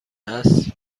است